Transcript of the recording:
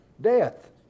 Death